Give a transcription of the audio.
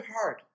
hard